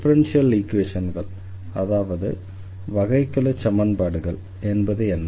differential ஈக்வேஷன்கள் அதாவது வகைக்கெழுச்சமன்பாடுகள் என்பது என்ன